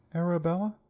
arabella?